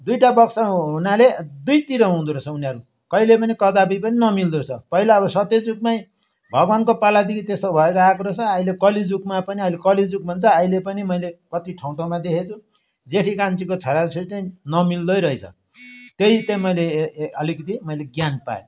दुईवटा वंश हुनाले दुईतिर हुँदो रहेछ उनारू कहले पनि कदापि पनि नमिल्दो रहेछ पहिला अब सत्य युगमै भगवानको पालादेखि त्यस्तो भएर आएको रहेछ अहिले कलियुगमा पनि अहिले कलियुग भन्छ अहिले पनि मैले कति ठाउँ ठाउँमा देखेको छु जेठी कान्छीको छोरा छोरी चाहिँ नमिल्दै रहेछ त्यही त मैले ए अलिकति मैले ज्ञान पाएँ